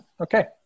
okay